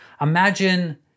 Imagine